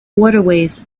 waterways